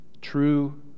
true